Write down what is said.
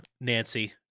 Nancy